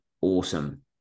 awesome